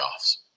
playoffs